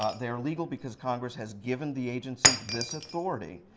ah they are legal because congress has given the agency this authority.